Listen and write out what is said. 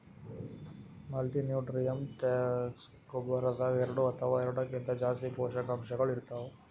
multinutrients ಗೊಬ್ಬರದಾಗ್ ಎರಡ ಅಥವಾ ಎರಡಕ್ಕಿಂತಾ ಜಾಸ್ತಿ ಪೋಷಕಾಂಶಗಳ್ ಇರ್ತವ್